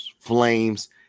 Flames